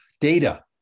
data